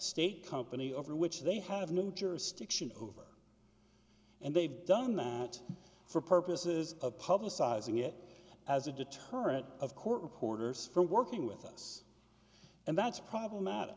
state company over which they have no jurisdiction over and they've done that for purposes of publicizing it as a deterrent of court reporters for working with us and that's problemat